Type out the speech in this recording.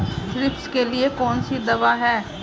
Thrips के लिए कौन सी दवा है?